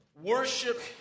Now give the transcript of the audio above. worship